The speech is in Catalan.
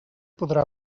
podrà